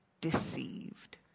deceived